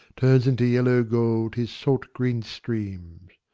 turns into yellow gold his salt green streams.